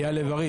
אדוני,